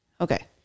Okay